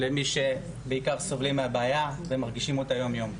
למי שבעיקר סובלים מהבעיה ומרגישים אותה יום יום,